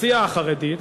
מהסיעה החרדית.